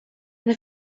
and